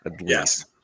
Yes